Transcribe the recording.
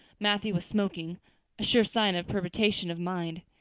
matthew was smoking a sure sign of perturbation of mind.